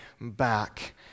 back